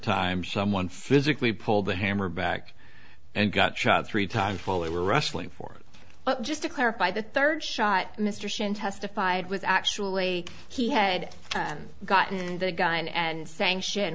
times someone physically pulled the hammer back and got shot three times while they were wrestling for well just to clarify the third shot mr shinde testified was actually he had gotten the gun and sanction